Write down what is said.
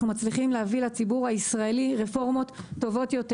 מצליחים להביא לציבור הישראלי רפורמות טובות יותר.